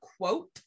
quote